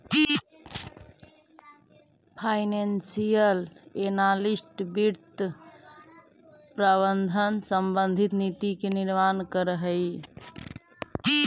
financial analyst वित्त प्रबंधन संबंधी नीति के निर्माण करऽ हइ